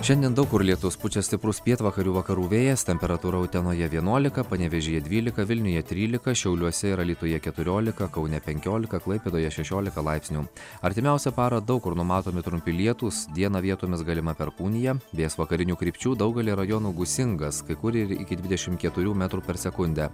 šiandien daug kur lietus pučia stiprus pietvakarių vakarų vėjas temperatūra utenoje vienuolika panevėžyje dvylika vilniuje trylika šiauliuose ir alytuje keturiolika kaune penkiolika klaipėdoje šešiolika laipsnių artimiausią parą daug kur numatomi trumpi lietūs dieną vietomis galima perkūnija vėjas vakarinių krypčių daugelyje rajonų gūsingas kai kur iki dvidešimt keturių metrų per sekundę